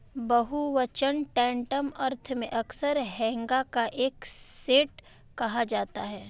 बहुवचन टैंटम अर्थ में अक्सर हैगा का एक सेट कहा जाता है